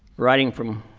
riding from